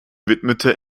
widmete